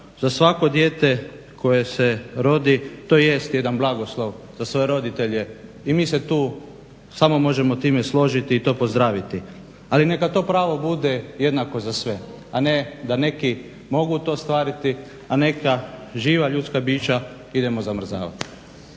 da svako dijete koje se rodi to jest jedan blagoslov za svoje roditelje i mi se tu samo možemo s time složiti i to pozdraviti, ali neka to pravo bude jednako za sve a ne da neki mogu to ostvariti, a neka živa ljudska bića idemo zamrzavati.